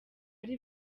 ari